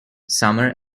summer